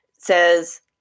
says